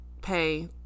pay